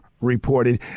reported